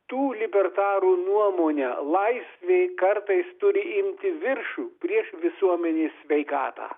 tų libertarų nuomone laisvė kartais turi imti viršų prieš visuomenės sveikatą